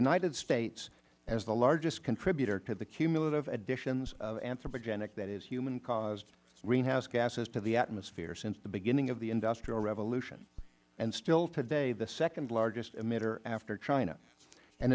united states as the largest contributor to the cumulative additions of anthropogenic that is human caused greenhouse gases to the atmosphere since the beginning of the industrial revolution and still today the second largest emitter after china and